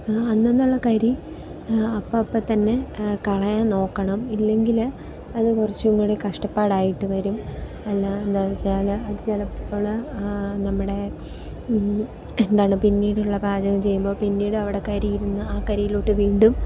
അന്നന്നുള്ള കരി അപ്പപ്പം തന്നെ കളയാന് നോക്കണം ഇല്ലെങ്കിൽ അത് കുറച്ചുംകൂടി കഷ്ടപ്പാടായിട്ട് വരും അല്ലെങ്കിൽ എന്താ വച്ചാൽ അത് ചിലപ്പോൾ നമ്മുടെ എന്താണ് പിന്നീടുള്ള പാചകം ചെയ്യുമ്പോൾ പിന്നീട് അവിടെ കരി ഇരുന്ന് ആ കരിയിലോട്ട് വീണ്ടും